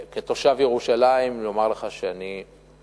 כתושב ירושלים, אני רוצה לומר לך שאני שותף